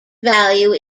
value